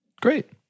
Great